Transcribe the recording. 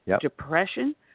depression